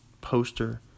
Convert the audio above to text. poster